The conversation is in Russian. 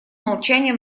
молчание